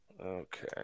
Okay